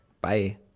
bye